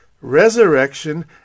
resurrection